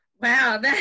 Wow